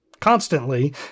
constantly